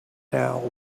now